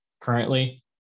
currently